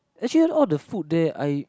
actually all the food there I